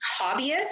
hobbyists